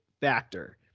factor